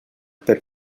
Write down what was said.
per